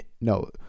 No